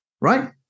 right